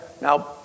now